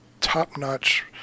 top-notch